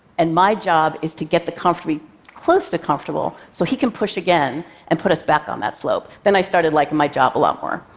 and my job is to get the company close to comfortable so he can push again and put us back on that slope, then i started liking my job a lot more,